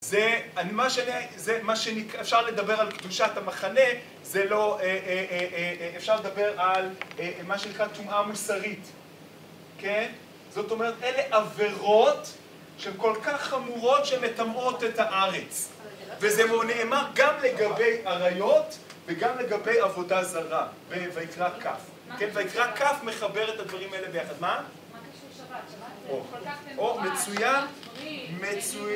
‫זה מה שאפשר לדבר ‫על קדושת המחנה, ‫זה לא.. אפשר לדבר על מה שנקרא טומאה מוסרית, כן? ‫זאת אומרת, אלה עבירות ‫שהן כל כך חמורות ‫שמטמאות את הארץ, ‫וזה נאמר גם לגבי עריות ‫וגם לגבי עבודה זרה, ‫בויקרא כ, כן? ‫ויקרא כ מחבר את הדברים האלה ביחד. ‫מה? ‫מה קשור שבת? שבת זה כל כך מקודש... ‫-או מצויין, מצויין.